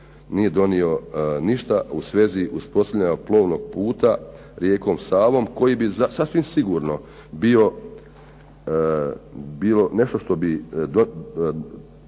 nije donio ništa u svezi uspostavljanja plovnog puta rijekom Savom, koji bi bio sasvim sigurno što bi